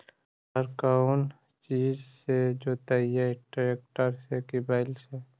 हर कौन चीज से जोतइयै टरेकटर से कि बैल से?